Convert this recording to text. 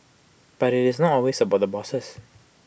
but IT is not always about the bosses